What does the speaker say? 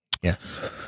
Yes